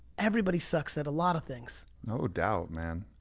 everybody sucks at a lot of things. no doubt, man.